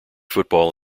football